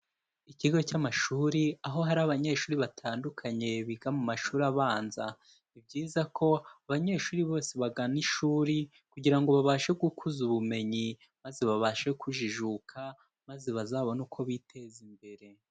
Ikigo cy'amashuri aho hari abanyeshuri batandukanye biga mu mashuri abanza, ni byiza ko abanyeshuri bose bagana ishuri kugira ngo babashe gukuza ubumenyi, maze babashe kujijuka, maze bazabone uko biteza imbere.